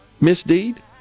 misdeed